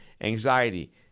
anxiety